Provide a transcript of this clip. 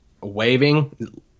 waving